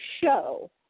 Show